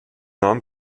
namen